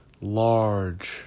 large